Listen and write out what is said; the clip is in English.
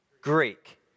Greek